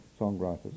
songwriters